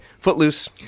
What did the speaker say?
Footloose